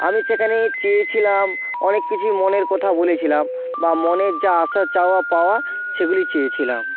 আমি সেখানে চেয়েছিলাম অনেক কিছুই মনের কথা বলেছিলাম বা মনের যা আশা চাওয়া পাওয়া সেগুলি চেয়েছিলাম